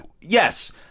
Yes